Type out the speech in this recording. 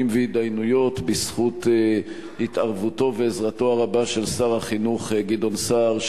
והתדיינויות בזכות התערבותו ועזרתו הרבה של שר החינוך גדעון סער,